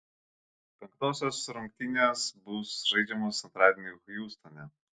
penktosios rungtynės bus žaidžiamos antradienį hjustone